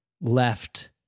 left